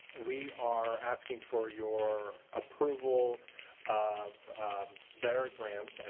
we are asking for your approval of their grants, and